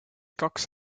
kaks